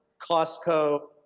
costco,